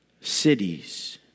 cities